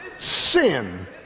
Sin